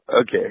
Okay